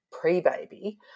pre-baby